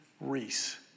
Reese